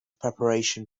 preparation